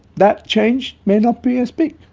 that change may not be as big.